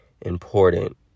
important